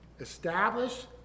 establish